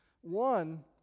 One